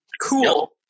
Cool